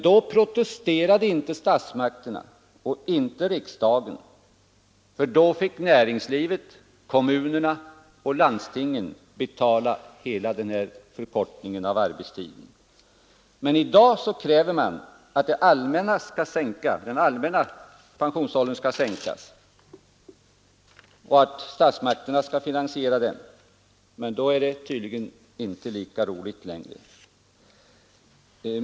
Då protesterade inte statsmakterna och inte riksdagen, för då fick näringslivet, kommunerna och landstingen betala kostnaderna. I dag kräver man att den allmänna pensionsåldern skall sänkas och att statsmakterna skall finansiera det, men då är det tydligen inte lika roligt längre.